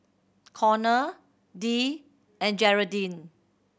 Connor Dee and Jeraldine